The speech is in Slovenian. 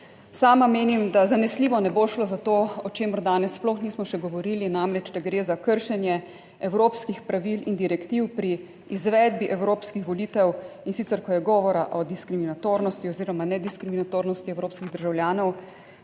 Sama menim, da zanesljivo ne bo šlo za to, o čemer danes sploh nismo še govorili, namreč, da gre za kršenje evropskih pravil in direktiv pri izvedbi evropskih volitev, in sicer, ko je govora o diskriminatornosti oziroma nediskriminatornosti evropskih državljanov